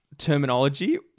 terminology